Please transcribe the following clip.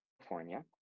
California